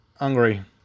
angry